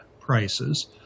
prices